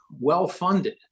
well-funded